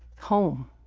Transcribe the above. home.